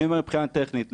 אני אומר מבחינה טכנית,